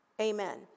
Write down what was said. amen